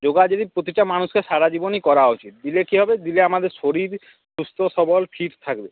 যোগা যদি প্রতিটা মানুষকে সারা জীবনই করা উচিৎ দিলে কি হবে দিলে আমাদের শরীর সুস্থ সবল ফিট থাকবে